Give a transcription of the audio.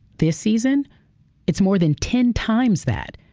this season it's more than ten times that.